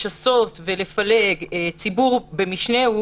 לשסות ולפלג ציבור במשנהו